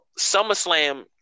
SummerSlam